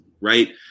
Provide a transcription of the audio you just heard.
right